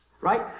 right